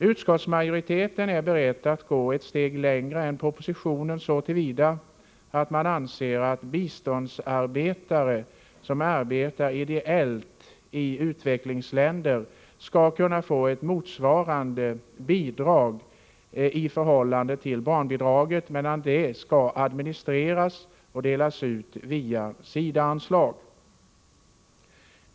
Utskottsmajoriteten är beredd att gå ett steg längre än propositionen, så till vida att man anser att biståndsarbetare som arbetar ideellt i utvecklingsländer skall kunna få ett i förhållande till barnbidragen motsvarande bidrag, men det skall administreras och delas ut via SIDA-anslag.